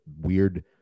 weird